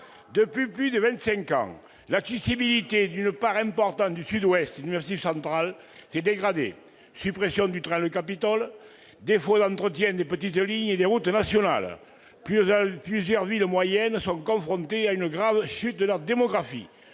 Depuis près de vingt-cinq ans, l'accessibilité d'une part importante du Sud-Ouest et du Massif central s'est dégradée : suppression du train le Capitole, défaut d'entretien des petites lignes et des routes nationales. Plusieurs villes moyennes sont confrontées à une grave chute de leur démographie.